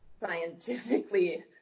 scientifically